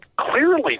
clearly